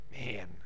man